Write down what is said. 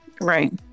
right